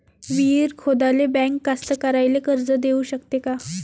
विहीर खोदाले बँक कास्तकाराइले कर्ज देऊ शकते का?